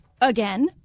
again